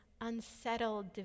unsettled